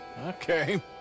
Okay